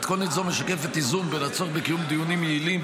מתכונת זו משקפת איזון בין הצורך בקיום דיונים יעילים,